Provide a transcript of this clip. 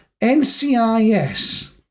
NCIS